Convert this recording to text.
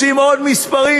רוצים עוד מספרים?